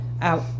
out